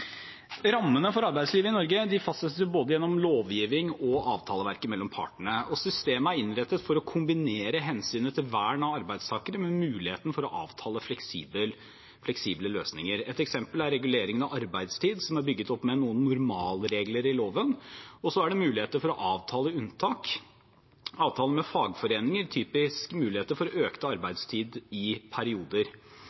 Rammene for arbeidslivet i Norge fastsettes gjennom lovgivning og gjennom avtaleverket mellom partene. Systemet er innrettet for å kombinere hensynet til vern av arbeidstakerne med muligheten for å avtale fleksible løsninger. Et eksempel er regulering av arbeidstid, som er bygget opp med noen normalregler i loven, men med mulighet for å avtale unntak. Avtaler med fagforeninger gir typisk muligheter for